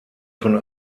von